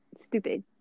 stupid